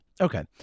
okay